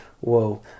Whoa